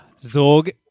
Zorg